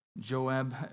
Joab